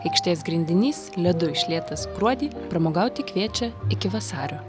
aikštės grindinys ledu išlietas gruodį pramogauti kviečia iki vasario